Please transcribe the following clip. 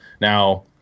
Now